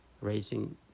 raising